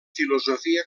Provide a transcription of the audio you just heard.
filosofia